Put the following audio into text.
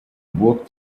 burg